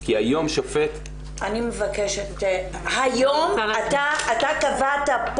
כי היום שופט -- היום אתה הוספת פה